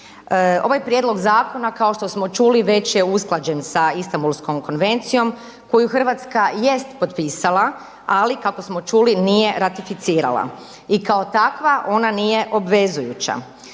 ovaj prijedlog zakona kao što smo čuli već je usklađen sa Istambulskom konvencijom koju Hrvatska jest potpisala, ali kako smo čuli nije ratificirala. I kao takva ona nije obvezujuća,